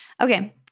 Okay